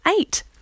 eight